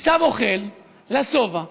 עשיו אוכל לשובע,